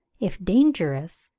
if dangerous,